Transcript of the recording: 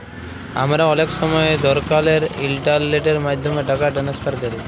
আমরা অলেক সময় দকালের ইলটারলেটের মাধ্যমে টাকা টেনেসফার ক্যরি